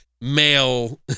male